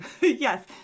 yes